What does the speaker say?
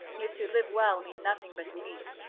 if to live well mean nothing but to eat,